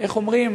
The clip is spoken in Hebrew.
איך אומרים,